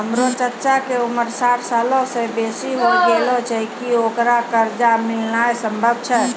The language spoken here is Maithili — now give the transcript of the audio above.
हमरो चच्चा के उमर साठ सालो से बेसी होय गेलो छै, कि ओकरा कर्जा मिलनाय सम्भव छै?